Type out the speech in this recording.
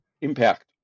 impact